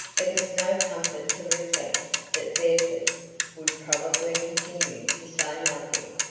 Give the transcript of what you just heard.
it was no comfort to reflect that fairford would probably continue to say nothing!